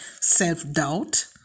Self-doubt